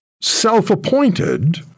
self-appointed